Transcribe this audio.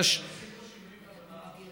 עושים בו שינויים במהלך השנה.